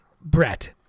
Brett